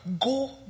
go